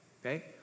Okay